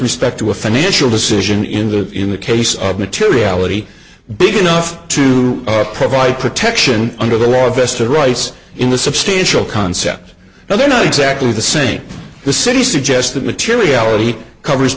respect to a financial decision in the in the case of materiality big enough to provide protection under the law of esther rice in the substantial concept now they're not exactly the same the city suggests that materiality covers